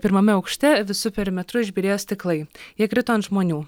pirmame aukšte visu perimetru išbyrėjo stiklai jie krito ant žmonių